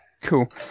Cool